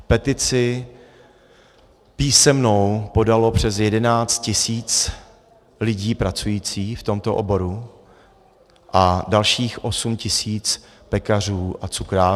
Petici písemnou podalo přes 11 tisíc lidí pracujících v tomto oboru a dalších 8 tisíc pekařů a cukrářů.